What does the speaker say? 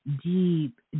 deep